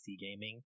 gaming